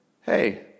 hey